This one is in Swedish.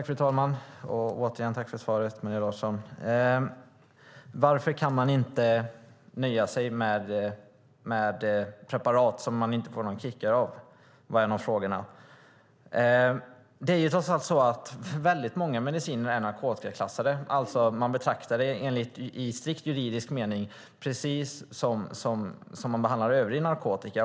Fru talman! Återigen: Tack för svaret, Maria Larsson! Varför kan man inte nöja sig med preparat som man inte får några kickar av? Det var en av frågorna. Väldigt många mediciner är trots allt narkotikaklassade. Man betraktar dem alltså i strikt juridiskt mening precis som övrig narkotika.